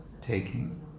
taking